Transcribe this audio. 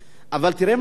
אבל תראה מה קרה: